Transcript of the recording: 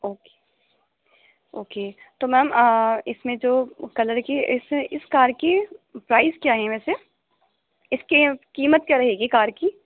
okay okay تو ma'am اس میں جو کلر کی اس اس کار کی پرائس کیا ہے ویسے اس کی قیمت کیا رہے گی کار کی